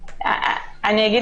אני מבינה